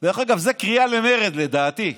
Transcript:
דרך אגב, זה קריאה למרד, לדעתי.